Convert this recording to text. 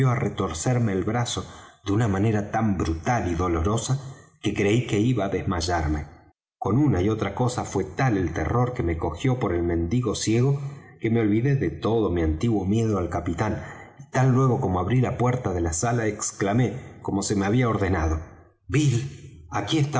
retorcerme el brazo de una manera tan brutal y dolorosa que creí que iba á desmayarme con una y otra cosa fué tal el terror que me cogió por el mendigo ciego que me olvidé de todo mi antiguo miedo al capitán y tan luego como abrí la puerta de la sala exclamé como se me había ordenado bill aquí está